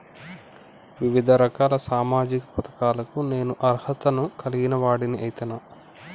వివిధ రకాల సామాజిక పథకాలకు నేను అర్హత ను కలిగిన వాడిని అయితనా?